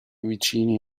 vicini